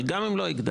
אבל גם אם לא הגדלתי.